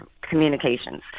Communications